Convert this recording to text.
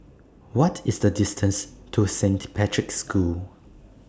What IS The distance to Saint Patrick's School